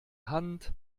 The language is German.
hand